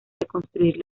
reconstruir